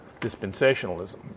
dispensationalism